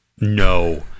No